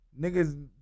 Niggas